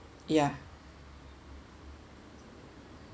ya